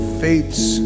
fates